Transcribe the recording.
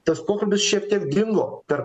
tas pokalbis šiek tiek dingo per